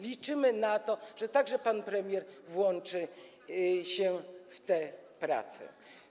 Liczymy na to, że także pan premier włączy się w te prace.